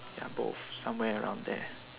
ya both somewhere around there